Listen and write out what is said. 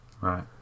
Right